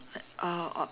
uh